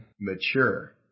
mature